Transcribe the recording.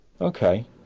Okay